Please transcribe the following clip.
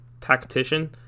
tactician